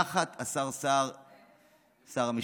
תחת השר סער שר המשפטים.